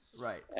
Right